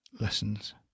lessons